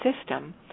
system